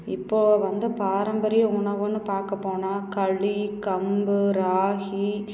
இப்போது வந்து பாரம்பரிய உணவுன்னு பார்க்கப் போனால் களி கம்பு ராகி